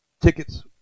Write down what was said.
tickets